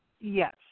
Yes